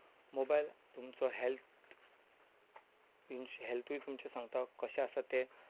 mobile तुमचो health हॅल्थय तुमचें सांगता कशें आसा तें